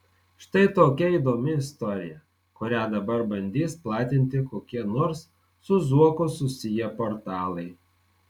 štai tokia įdomi istorija kurią dabar bandys platinti kokie nors su zuoku susiję portalai